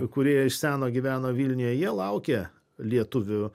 kurie iš seno gyveno vilniuje jie laukė lietuvių